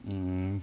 mm